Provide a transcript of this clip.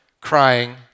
crying